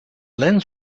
lens